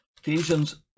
Ephesians